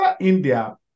India